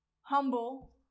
humble